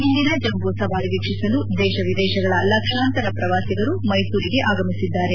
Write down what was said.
ಇಂದಿನ ಜಂಬೂ ಸವಾರಿ ವೀಕ್ಷಿಸಲು ದೇಶ ವಿದೇಶಗಳ ಲಕ್ಷಾಂತರ ಪ್ರವಾಸಿಗರು ಮೈಸೂರಿಗೆ ಆಗಮಿಸಿದ್ದಾರೆ